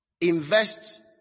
invest